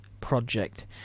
project